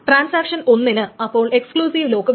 transaction 1 ന് അപ്പോൾ exclusive lock വേണം